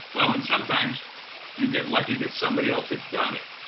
well, and sometimes you get lucky that somebody else had done it.